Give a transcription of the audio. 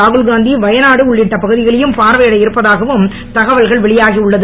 ராகுல்காந்தி வயநாடு உள்ளிட்ட பகுதிகளை பார்வையிட இருப்பதாகவும் தகவல் வெளியாகி உள்ளது